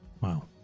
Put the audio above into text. Wow